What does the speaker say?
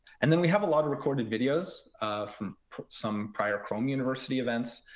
and then we have a lot of recorded videos from some prior chrome university events,